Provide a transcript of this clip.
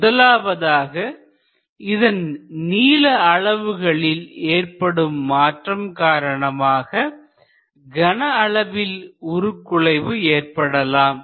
முதலாவதாக இதன் நீள அளவுகளில் ஏற்படும் மாற்றம் காரணமாக கன அளவில் உருகுலைவு ஏற்படலாம்